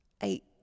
eight